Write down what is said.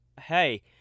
hey